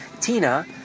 Tina